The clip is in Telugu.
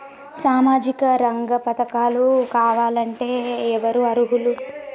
సామాజిక రంగ పథకాలు కావాలంటే ఎవరు అర్హులు?